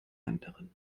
anderen